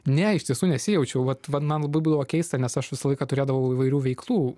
ne iš tiesų nesijaučiau vat vat man buvo keista nes aš visą laiką turėdavau įvairių veiklų